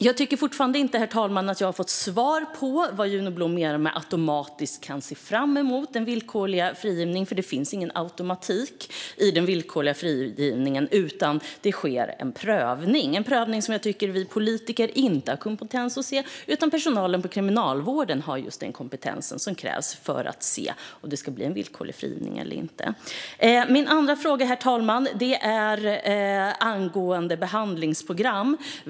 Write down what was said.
Jag tycker fortfarande inte att jag har fått svar på vad Juno Blom menar med att man automatiskt kan se fram mot villkorlig frigivning. Det finns ingen automatik i den villkorliga frigivningen, utan det sker en prövning för att se om det ska bli villkorlig frigivning eller inte. Jag tycker inte att vi politiker har den kompetens som krävs för att se det, utan det är personalen i Kriminalvården som har den kompetensen. Min andra fråga, herr talman, är angående behandlingsprogram.